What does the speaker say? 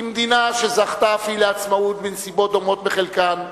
כמדינה שזכתה אף היא לעצמאות בנסיבות דומות בחלקן,